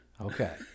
Okay